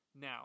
Now